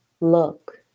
look